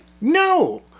No